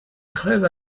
crève